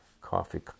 coffee